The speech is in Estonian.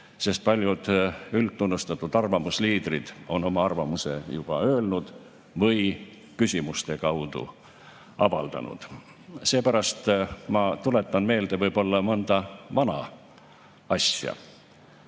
sest paljud üldtunnustatud arvamusliidrid on oma arvamuse juba öelnud või seda küsimuste kaudu avaldanud. Seepärast ma tuletan meelde võib-olla mõnda vana asja,